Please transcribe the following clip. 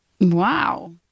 Wow